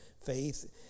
faith